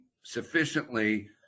sufficiently